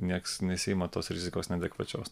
niekas nesiima tos rizikos neadekvačios